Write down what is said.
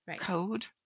code